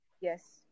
Yes